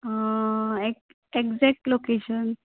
एक exact location